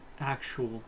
actual